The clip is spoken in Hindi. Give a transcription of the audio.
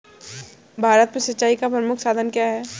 भारत में सिंचाई का प्रमुख साधन क्या है?